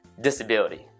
Disability